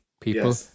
people